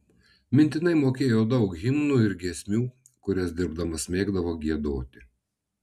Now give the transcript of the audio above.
mintinai mokėjo daug himnų ir giesmių kurias dirbdamas mėgdavo giedoti